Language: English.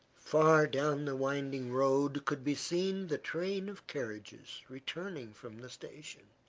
far down the winding road could be seen the train of carriages returning from the station,